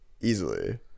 easily